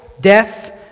death